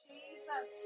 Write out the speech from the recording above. Jesus